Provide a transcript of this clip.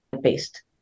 based